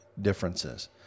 differences